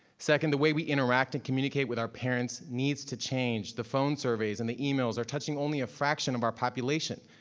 second, the way we interact and communicate with our parents needs to change. the phone surveys and the emails are touching only a fraction of our population.